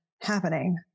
happening